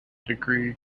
degree